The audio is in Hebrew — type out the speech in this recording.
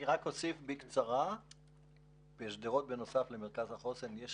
אני רק אוסיף שבנוסף למרכז החוסן בשדרות